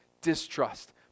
distrust